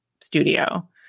studio